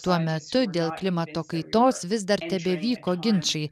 tuo metu dėl klimato kaitos vis dar tebevyko ginčai